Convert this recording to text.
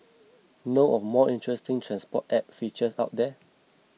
know of more interesting transport app features out there